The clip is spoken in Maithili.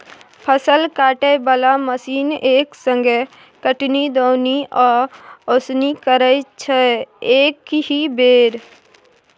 फसल काटय बला मशीन एक संगे कटनी, दौनी आ ओसौनी करय छै एकहि बेर